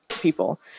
people